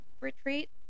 Retreat